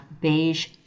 beige